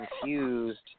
confused